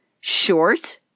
short